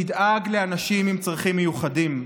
תדאג לאנשים עם צרכים מיוחדים;